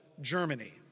Germany